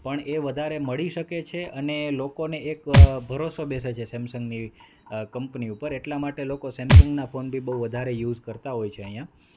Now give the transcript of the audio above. પણ એ વધારે મળી શકે છે અને લોકોને એક ભરોસો બેસે છે સેમસંગની કંપની ઉપર એટલા માટે લોકો સેમસંગના ફોન બી બહુ વધારે યુઝ કરતાં હોય છે અહીંયા